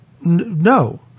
No